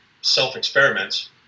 self-experiments